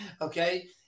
Okay